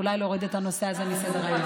ואולי להוריד את הנושא הזה מסדר-היום.